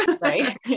right